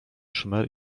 szmer